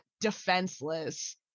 defenseless